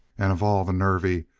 and of all the nervy,